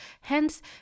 Hence